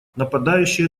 нападающие